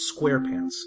SquarePants